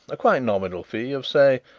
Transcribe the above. a quite nominal fee of, say,